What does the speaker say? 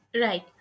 Right